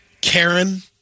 Karen